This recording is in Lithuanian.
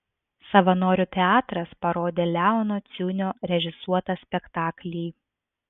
savanorių teatras parodė leono ciunio režisuotą spektaklį